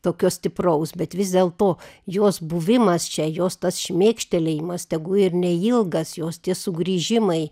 tokio stipraus bet vis dėlto jos buvimas čia jos tas šmėkštelėjimas tegu ir neilgas jos tie sugrįžimai